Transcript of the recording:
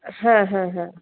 হ্যাঁ হ্যাঁ হ্যাঁ